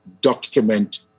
document